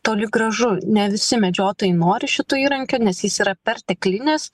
toli gražu ne visi medžiotojai nori šito įrankio nes jis yra perteklinis